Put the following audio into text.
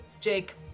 Jake